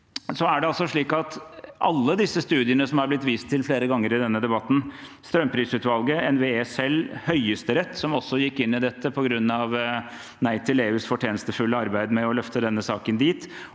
de studiene som har blitt vist til flere ganger i denne debatten, som strømprisutvalget, NVE selv, Høyesterett – som også gikk inn i dette på grunn av Nei til EUs fortjenstfulle arbeid med å løfte saken dit